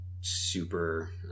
super